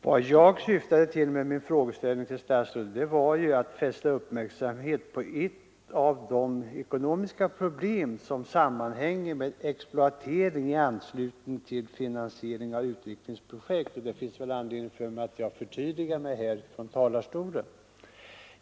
Vad jag syftade till med min frågeställning till statsrådet var att fästa uppmärksamheten på ett av de ekonomiska problem som sammanhänger med exploatering i anslutning till finansiering av utvecklingsprojekt. Jag har därför anledning att förtydliga mig här från talarstolen.